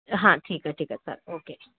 हा ठीक आहे ठीक आहे सर ओके